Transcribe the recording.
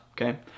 okay